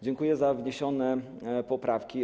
Dziękuję za wniesione poprawki.